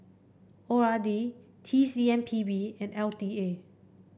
O R D T C M P B and L T A